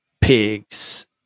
pigs